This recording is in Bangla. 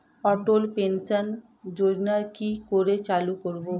অটল পেনশন যোজনার কি করে চালু করব?